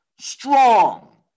strong